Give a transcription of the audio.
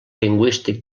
lingüístic